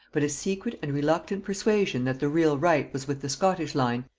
but a secret and reluctant persuasion that the real right was with the scottish line,